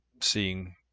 seeing